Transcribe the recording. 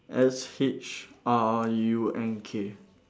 S H R U N K